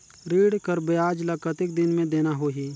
ऋण कर ब्याज ला कतेक दिन मे देना होही?